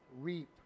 reap